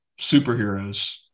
superheroes